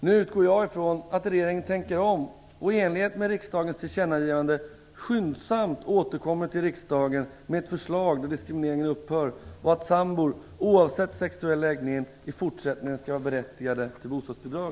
Nu utgår jag ifrån att regeringen tänker om och i enlighet med riksdagens tillkännagivande skyndsamt återkommer till riksdagen med ett förslag där diskrimineringen upphör, och att sambor oavsett sexuell läggning i fortsättningen skall vara berättigade till bostadsbidrag.